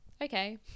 okay